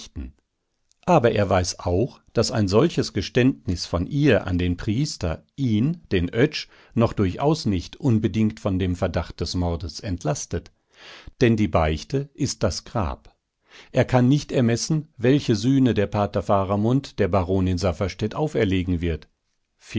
aber er weiß auch daß ein solches geständnis von ihr an den priester ihn den oetsch noch durchaus nicht unbedingt von dem verdacht des mordes entlastet denn die beichte ist das grab er kann nicht ermessen welche sühne der pater faramund der baronin safferstätt auferlegen wird